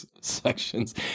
sections